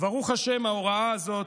וברוך השם, ההוראה הזאת,